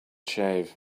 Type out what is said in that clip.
shave